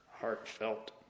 heartfelt